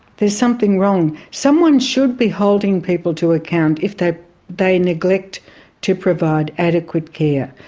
there's something wrong. someone should be holding people to account if they they neglect to provide adequate care,